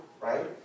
right